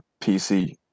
PC